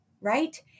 right